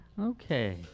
Okay